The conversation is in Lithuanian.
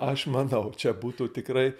aš manau čia būtų tikrai